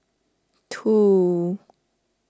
two